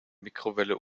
mikrowelle